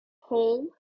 whole